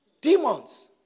Demons